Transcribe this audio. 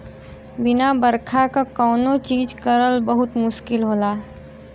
बिना बरखा क कौनो चीज करल बहुत मुस्किल होला